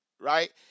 Right